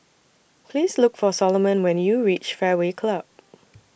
Please Look For Solomon when YOU REACH Fairway Club